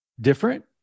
different